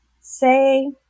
say